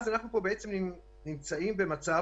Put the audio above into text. אז אנחנו פה בעצם נמצאים במצב,